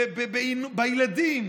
בילדים,